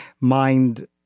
Mind